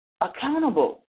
accountable